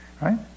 Right